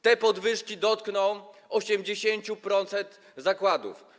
Te podwyżki dotkną 80% zakładów.